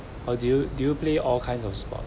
or do you do you play all kinds of sport